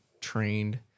trained